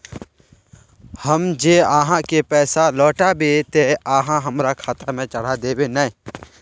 हम जे आहाँ के पैसा लौटैबे ते आहाँ हमरा खाता में चढ़ा देबे नय?